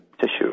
tissue